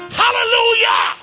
hallelujah